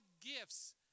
gifts